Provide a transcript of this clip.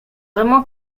vraiment